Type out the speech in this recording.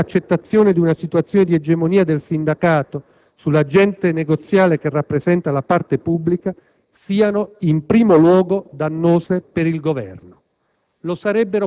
così come l'accettazione di una situazione di egemonia del sindacato sull'agente negoziale che rappresenta la parte pubblica, siano in primo luogo dannose per il Governo.